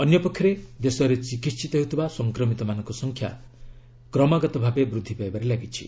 ଅନ୍ୟପକ୍ଷରେ ଦେଶରେ ଚିକିହିତ ହେଉଥିବା ସଂକ୍ରମିତମାନଙ୍କ ସଂଖ୍ୟା କ୍ରମାଗତ ଭାବେ ବୃଦ୍ଧି ପାଇବାରେ ଲାଗିଛି